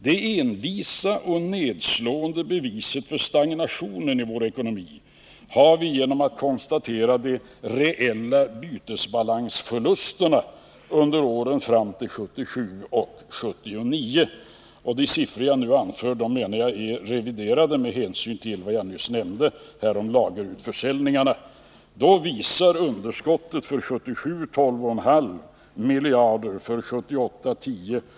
Det envisa och nedslående beviset för stagnationen i vår ekonomi har vi genom att konstatera de reella bytesbalansförlusterna under åren fram till 1977-1979. De siffror jag nu anför är reviderade med hänsyn till vad jag nyss nämnde om lagerutförsäljningarna. Då visar underskottet för 1977 12,5 miljarder och för 1978 10 miljarder.